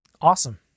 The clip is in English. Awesome